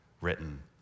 written